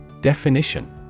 Definition